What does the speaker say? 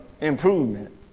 improvement